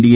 DA